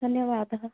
धन्यवादः